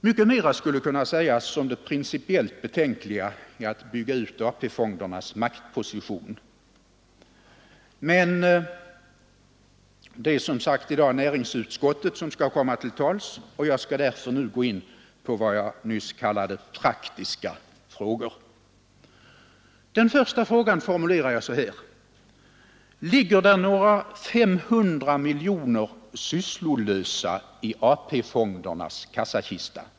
Mycket mera skulle kunna sägas om det principiellt betänkliga i att bygga ut AP-fondernas maktposition, men det är som sagt i dag näringsutskottet som skall komma till tals. Jag skall därför gå in på vad jag nyss kallade praktiska frågor. Den första frågan formulerar jag så här: Ligger några 500 miljoner kronor sysslolösa i AP-fondernas kassakista?